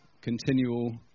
continual